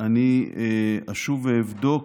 אני אשוב ואבדוק,